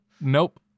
nope